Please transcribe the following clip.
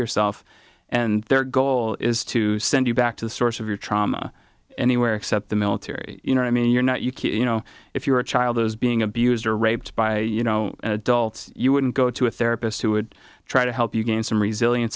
yourself and their goal is to send you back to the source of your trauma anywhere except the military you know i mean you're not you keep you know if your child is being abused or raped by you know an adult you wouldn't go to a therapist who would try to help you gain some re